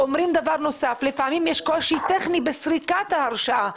אומרים דבר נוסף לפעמים יש קושי טכני בסריקת ההרשאה.